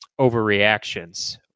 overreactions